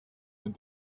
and